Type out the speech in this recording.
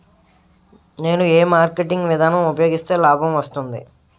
నేను ఏ మార్కెటింగ్ విధానం ఉపయోగిస్తే లాభం వస్తుంది?